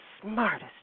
smartest